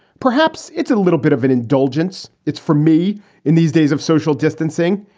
perhaps it's a little bit of an indulgence. it's for me in these days of social distancing.